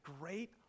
great